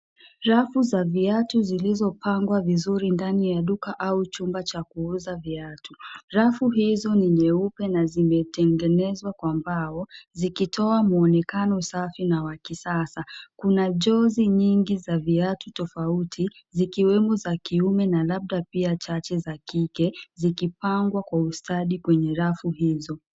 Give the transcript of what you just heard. Rafu za viatu zilizopangwa vizuri ndani ya duka au chuba cha kuuza viatu. Rafu hizo ni nyeupena zimetengenezwa kwa mbaozikitoa mwonekano safi na wa kisasa. Kuna jozi nyingi za viatu tofauti zikiwemo za kiume na labda pia chache za kike zikipangwa kwa ustadi kwenye rafu hizo.